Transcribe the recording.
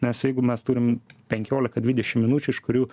nes jeigu mes turim penkiolika dvidešim minučių iš kurių